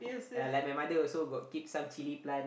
yea like my mother also got keep some chilli plant